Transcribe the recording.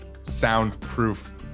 soundproof